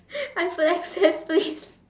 iPhone X_S please